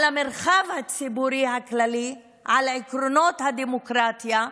המרחב הציבורי הכללי, על עקרונות הדמוקרטיה,